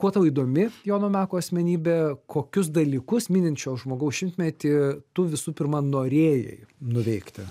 kuo tau įdomi jono meko asmenybė kokius dalykus minint šio žmogaus šimtmetį tu visų pirma norėjai nuveikti